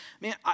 man